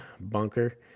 bunker